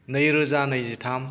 नैरोजा नैजिथाम